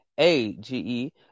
A-G-E